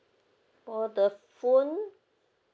for the phone